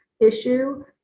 issue